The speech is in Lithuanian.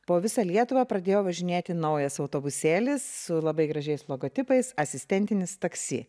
po visą lietuvą pradėjo važinėti naujas autobusėlis su labai gražiais logotipais asistentinis taksi